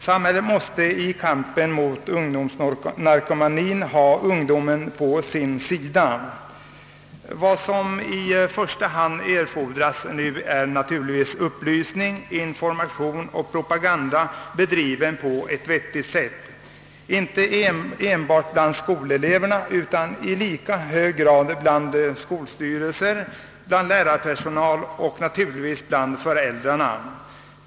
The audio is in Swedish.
Samhället måste i kampen mot ungdomsnarkomanien ha ungdomen på sin sida. Vad som i första hand erfordras är upplysning, information och propaganda bedriven på ett vettigt sätt inte enbart bland skoleleverna utan i lika hög grad bland skolstyrelser, lärarpersonal och naturligtvis föräldrar.